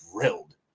drilled